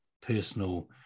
personal